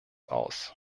aus